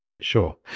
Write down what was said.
Sure